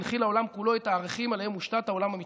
הנחיל לעולם כולו את הערכים שעליהם מושתת העולם המתקדם.